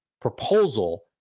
proposal